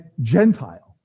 Gentile